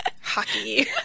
Hockey